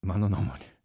mano nuomone